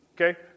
Okay